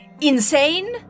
insane